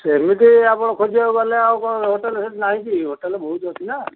ସେମିତି ଆପଣ ଖୋଜିବାକୁ ଗଲେ ଆଉ କ'ଣ ହୋଟେଲ୍ ସେଇଠି ନାହିଁ କି ହୋଟେଲ୍ ବହୁତ ଅଛି ନାଁ